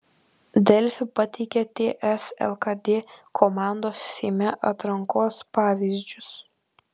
delfi pateikia ts lkd komandos seime atrankos pavyzdžius